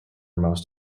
most